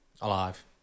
Alive